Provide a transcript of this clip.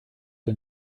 que